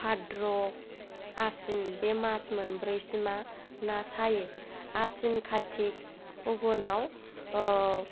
भाद्र' आसिन बे मास मोनब्रैसिमा ना सायो आसिन कातिक आगोनाव